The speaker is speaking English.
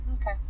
okay